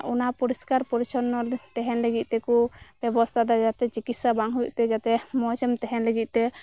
ᱚᱱᱟ ᱯᱚᱨᱤᱥᱠᱟᱨ ᱯᱚᱨᱤᱪᱪᱷᱚᱱᱱᱚ ᱛᱟᱦᱮᱸᱱ ᱞᱟᱹᱜᱤᱜ ᱛᱮᱠᱚ ᱵᱮᱵᱚᱥᱛᱟᱭ ᱮ ᱫᱟ ᱡᱟᱛᱮ ᱪᱤᱠᱤᱥᱥᱟ ᱵᱟᱝ ᱦᱩᱭᱩᱜ ᱛᱮ ᱡᱟᱛᱮ ᱢᱚᱸᱡᱽ ᱮᱢ ᱛᱟᱦᱮᱸᱱ ᱞᱟᱜᱤᱫ ᱛᱮ